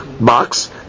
box